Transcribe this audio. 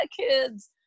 kids